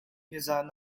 nizaan